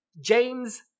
James